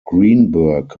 greenberg